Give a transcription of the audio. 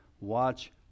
Watch